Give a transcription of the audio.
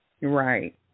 Right